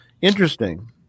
Interesting